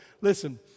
Listen